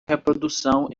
reprodução